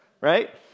right